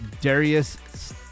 Darius